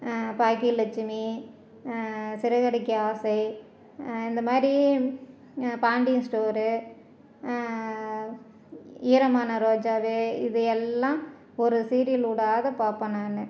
பாக்கியலட்சுமி சிறகடிக்க ஆசை இந்த மாதிரி பாண்டியன் ஸ்டோரு ஈரமான ரோஜாவே இது எல்லாம் ஒரு சீரியல் விடாத பார்ப்பேன் நான்